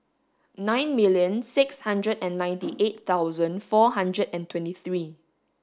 nine million six hundred and ninety eight thousand four hundred and twenty three